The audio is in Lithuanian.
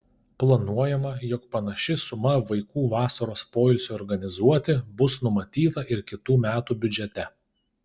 planuojama jog panaši suma vaikų vasaros poilsiui organizuoti bus numatyta ir kitų metų biudžete